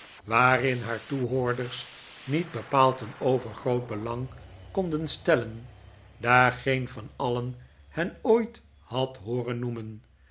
waarin haar toehoorders niet bepaald een overgroot belang konden stellen daar geen van alien hen ooit had hooren noemen